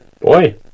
Boy